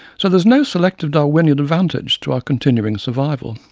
so there is no selective darwinian advantage to our continuing survival.